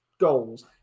goals